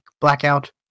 blackout